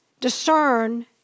discern